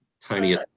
tiny